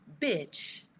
bitch